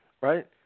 right